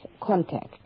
contact